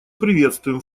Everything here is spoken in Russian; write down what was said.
приветствуем